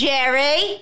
Jerry